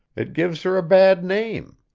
it gives her a bad name.